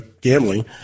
gambling